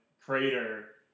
crater